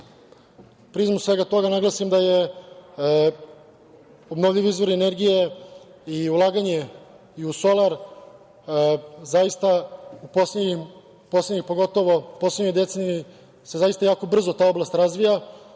prizmu svega toga naglasim da je obnovljivi izvor energije i ulaganje u solar zaista u poslednjih, pogotovo poslednjoj deceniji se zaista jako brzo ta oblast razvija,